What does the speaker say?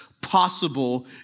possible